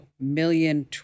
million